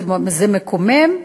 זה מקומם,